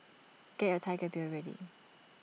get your Tiger Beer ready